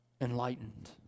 enlightened